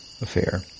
affair